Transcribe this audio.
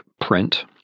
print